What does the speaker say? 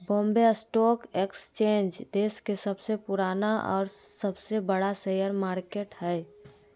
Bombay stock exchange देश के सबसे पुराना और सबसे बड़ा शेयर मार्केट हइ